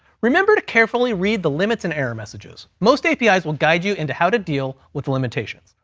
remember to carefully read the limits, and error messages. most api will guide you into how to deal with limitations.